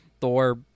Thor